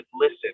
listen